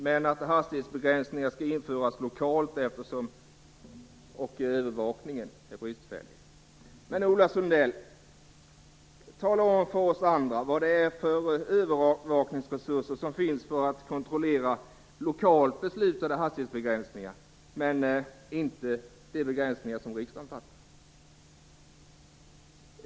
Men hastighetsbegränsning skall införas lokalt, eftersom övervakningen är bristfällig. Ola Sundell, tala om för oss andra vilka övervakningsresurser som finns för att kontrollera lokalt beslutade hastighetsbegränsningar, men inte de begränsningar som beslutas av riksdagen!